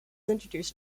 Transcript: introduced